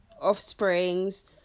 offsprings